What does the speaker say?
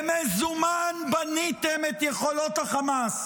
במזומן בניתם את יכולות החמאס